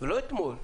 ולא אתמול.